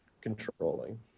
controlling